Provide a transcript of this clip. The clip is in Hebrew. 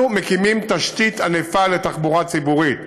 אנחנו מקימים תשתית ענפה לתחבורה ציבורית,